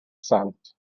sant